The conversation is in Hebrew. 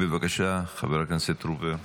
חבר הכנסת חילי טרופר,